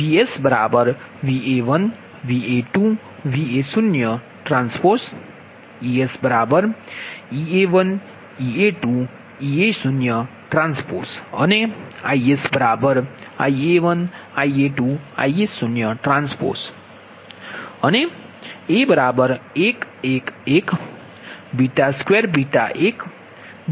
તેનો અર્થ એ છે કે VsVa1 Va2 Va0 T EsEa1 Ea2 Ea0 T અને IsIa1 Ia2 Ia0 Tટ્રાન્સપોઝ અને A1 1 1 2 1 2 1 છે